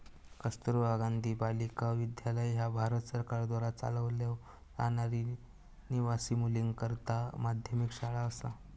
कस्तुरबा गांधी बालिका विद्यालय ह्या भारत सरकारद्वारा चालवलो जाणारी निवासी मुलींकरता माध्यमिक शाळा असा